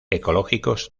ecológicos